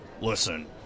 Listen